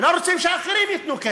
ולא רוצים שאחרים ייתנו כסף.